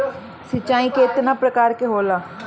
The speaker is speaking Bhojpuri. सिंचाई केतना प्रकार के होला?